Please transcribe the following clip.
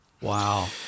Wow